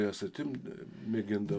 jas atimt mėgindavo